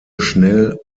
schnell